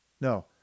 No